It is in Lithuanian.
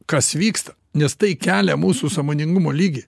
kas vyksta nes tai kelia mūsų sąmoningumo lygį